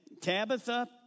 Tabitha